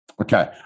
Okay